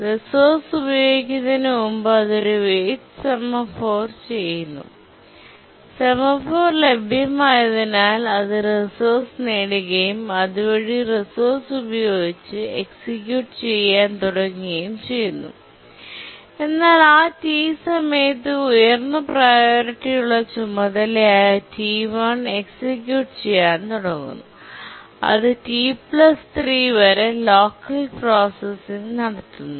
resource ഉപയോഗിക്കുന്നതിന് മുമ്പ് അത് ഒരു വെയിറ്റ് സെമാഫോർ ചെയ്യുന്നു സെമാഫോർ ലഭ്യമായതിനാൽ അത് റിസോഴ്സ് നേടുകയും അതുവഴി റിസോഴ്സ് ഉപയോഗിച്ച് എക്സിക്യൂട്ട് ചെയ്യാൻ തുടങ്ങുകയും ചെയ്യുന്നു എന്നാൽ ആ t സമയത്ത് ഉയർന്ന പ്രിയോറിറ്റി ഉള്ള ചുമതല ആയ T1 എക്സിക്യൂട്ട് ചെയ്യാൻ തുടങ്ങുന്നു അത് t3 വരെ ലോക്കൽ പ്രോസസ്സിംഗ് നടത്തുന്നു